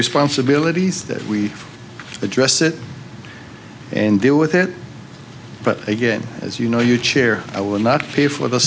responsibilities that we address it and deal with it but again as you know you chair i will not pay for th